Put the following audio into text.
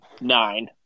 nine